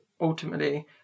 ultimately